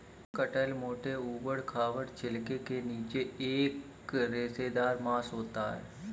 कटहल मोटे, ऊबड़ खाबड़ छिलके के नीचे एक रेशेदार मांस होता है